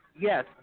Yes